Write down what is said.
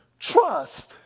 Trust